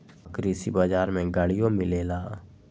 का कृषि बजार में गड़ियो मिलेला?